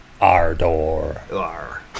ardor